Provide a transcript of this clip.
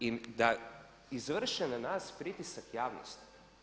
I da izvrše na nas pritisak javnosti.